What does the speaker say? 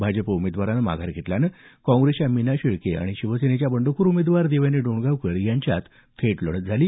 भाजप उमेदवारानं माघार घेतल्यानं काँग्रेसच्या मीना शेळके आणि शिवसेनेच्या बंडखोर उमेदवार देवयानी डोणगावकर यांच्यात थेट लढत झाली